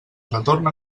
retorn